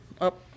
up